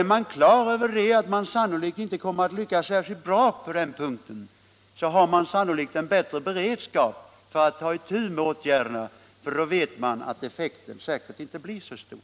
Är man klar över att man inte kommer att lyckas särskilt bra på den punkten, så har man sannolikt en bättre beredskap för att sätta in åtgärder när problemen dyker upp. sysselsättningen i Blekinge